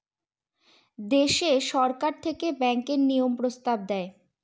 দেশে সরকার থেকে ব্যাঙ্কের নিয়ম প্রস্তাব দেয়